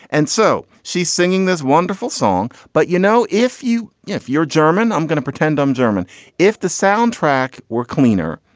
and so she's singing this wonderful song. but you know, if you yeah if you're german, i'm gonna pretend i'm german if the soundtrack were cleaner,